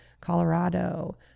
Colorado